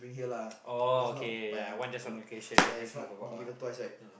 orh okay yeah one just one location then just move about ah